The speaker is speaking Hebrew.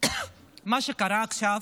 מה שקרה עכשיו,